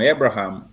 Abraham